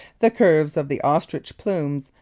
the curves of the ostrich plumes,